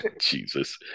Jesus